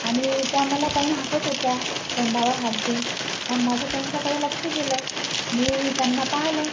आणि त्या मला पाहून हसत होत्या तोंडावर हात घेऊन मग माझं त्यांच्याकडे लक्ष गेलं मी त्यांना पाहिलं